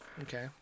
Okay